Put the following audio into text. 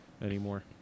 anymore